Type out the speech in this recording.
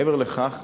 מעבר לכך,